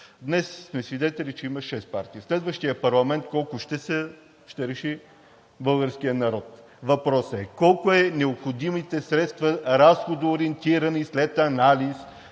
Днес сме свидетели, че има шест партии. В следващия парламент колко ще са, ще реши българският народ. Въпросът е: колко са необходимите средства разходоориентирани след анализ,